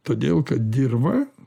todėl kad dirva